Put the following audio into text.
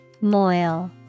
Moil